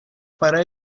para